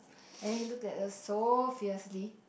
and then he looked at us so fiercely